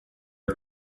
are